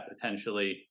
potentially